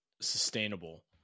sustainable